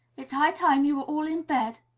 it's high time you were all in bed!